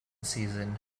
season